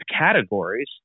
categories